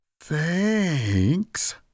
Thanks